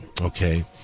Okay